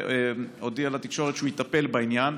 והוא הודיע לתקשורת שהוא יטפל בעניין.